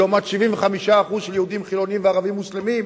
לעומת 75% של יהודים חילונים וערבים מוסלמים,